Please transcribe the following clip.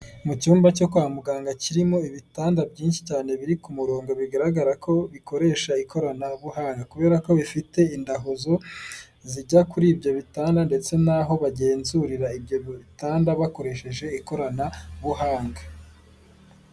Mu cyumba cyo kwa muganga, kirimo ibitanda byinshi cyane biri ku murongo bigaragara ko bikoresha ikoranabuhanga. Kubera ko bifite indahuzo, zijya kuri ibyo bitanda, ndetse n'aho bagenzurira ibyo bitanda, bakoresheje ikoranabuhanga.